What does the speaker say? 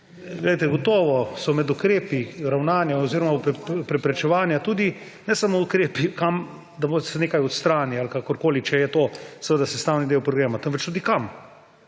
Glejte, gotovo so med ukrepi ravnanja oziroma preprečevanja tudi ne samo ukrepi, kam da se nekaj odstrani ali kakorkoli, če je to seveda sestavni del problema, temveč tudi, kam.